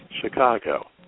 Chicago